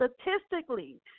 statistically